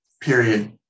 period